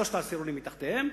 שלושת העשירונים מתחתיהם,